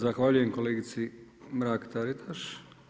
Zahvaljujem kolegici Mrak-Taritaš.